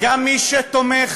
וגם מי שתומך